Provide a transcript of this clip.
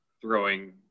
throwing